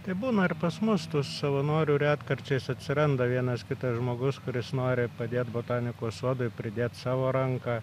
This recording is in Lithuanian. tai būna ir pas mus tų savanorių retkarčiais atsiranda vienas kitas žmogus kuris nori padėt botanikos sodui pridėt savo ranką